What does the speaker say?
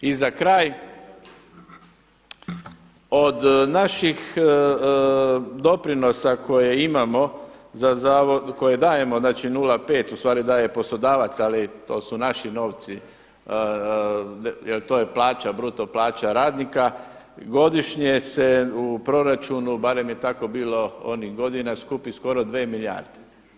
I za kraj, od naših doprinosa koje imamo, koje dajemo, znači 0,5 ustvari daje poslodavac ali to su naši novci jer to je plaća, bruto plaća radnika, godišnje se u proračunu, barem je tako bilo onih godina skupi skoro 2 milijarde.